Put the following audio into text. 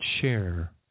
share